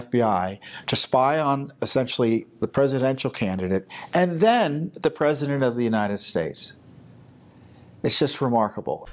i to spy on essentially the presidential candidate and then the president of the united states it's just remarkable